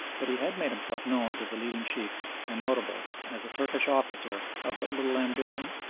but he had made himself known to the leading sheikhs and notables as a turkish officer of but little ambition,